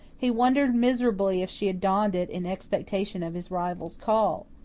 he wondered miserably if she had donned it in expectation of his rival's call.